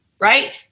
right